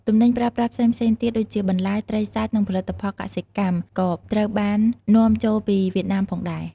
ទំនិញប្រើប្រាស់ផ្សេងៗទៀតដូចជាបន្លែ ត្រី សាច់ និងផលិតផលកសិកម្មក៏ត្រូវបាននាំចូលពីវៀតណាមផងដែរ។